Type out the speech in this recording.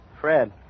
Fred